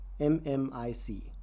MMIC